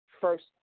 first